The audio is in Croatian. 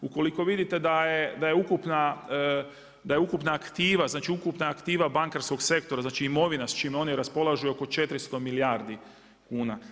Ukoliko vidite da je ukupna aktiva, znači aktiva bankarskog sektora znači imovina s čim oni raspolažu oko 400 milijardi kuna.